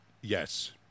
Yes